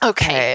Okay